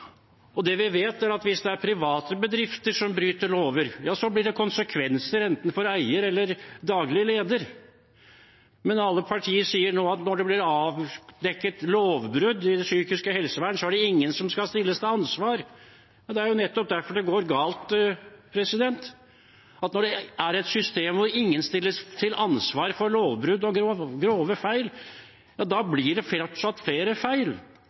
Det vi vet, er at hvis det er private bedrifter som bryter lover, blir det konsekvenser, enten for eier eller daglig leder, men alle partier sier nå at når det blir avdekket lovbrudd i det psykiske helsevernet, er det ingen som skal stilles til ansvar. Det er nettopp derfor det går galt: Når man har et system hvor ingen stilles til ansvar for lovbrudd og grove feil, blir det enda flere feil.